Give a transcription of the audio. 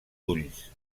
ulls